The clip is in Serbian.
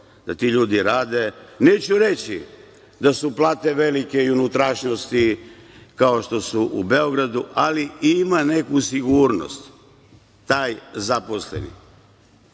da ti ljudi rade, neću reći da su plate velike i u unutrašnjosti kao što su u Beogradu, ali ima neku sigurnost taj zaposleni.